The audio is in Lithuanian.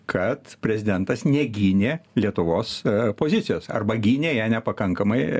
kad prezidentas negynė lietuvos pozicijos arba gynė ją nepakankamai